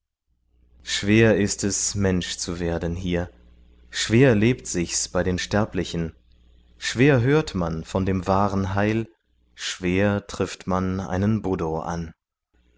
schwer ist es mensch zu werden hier schwer lebt sich's bei den sterblichen schwer hört man von dem wahren heil schwer trifft man einen buddho an